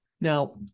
Now